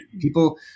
people